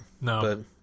no